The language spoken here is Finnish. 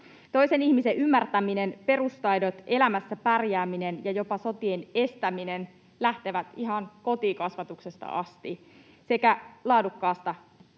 Toisen ihmisen ymmärtäminen, perustaidot, elämässä pärjääminen ja jopa sotien estäminen lähtevät ihan kotikasvatuksesta asti sekä laadukkaasta,